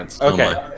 Okay